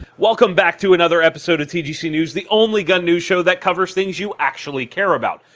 welcome back to another episode of tgc news, the only gun news show that covers things you actually care about,